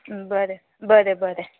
बरें बरें बरें